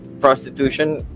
prostitution